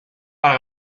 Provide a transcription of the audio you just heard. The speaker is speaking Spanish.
para